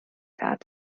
that